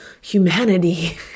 humanity